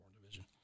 Division